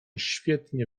świetnie